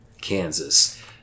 kansas